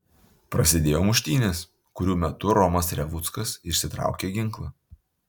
prasidėjo muštynės kurių metu romas revuckas išsitraukė ginklą